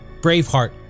Braveheart